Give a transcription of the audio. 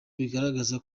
bigaragaza